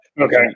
Okay